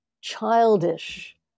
childish